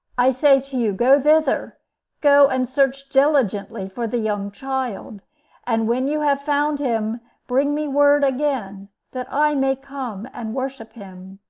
i say to you, go thither go and search diligently for the young child and when you have found him bring me word again, that i may come and worship him.